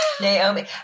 Naomi